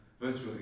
virtually